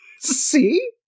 See